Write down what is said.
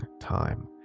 time